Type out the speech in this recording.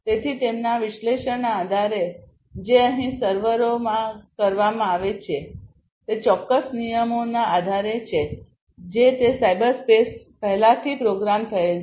તેથી તેમના વિશ્લેષણના આધારે જે અહીં સર્વરોમાં કરવામાં આવે છે તે ચોક્કસ નિયમોના આધારે છે જે તે સાયબર સ્પેસમાં પહેલાથી પ્રોગ્રામ થયેલ છે